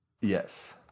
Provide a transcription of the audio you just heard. yes